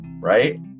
Right